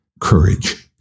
courage